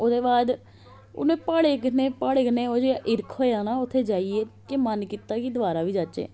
ओहदे बाद उंहे प्हाडे कन्ने प्हाडे़ं कन्नै ओह् जेहा हिरख होआ ना उत्थै जाइयै के मन कीता कि दवारा बी जाहचै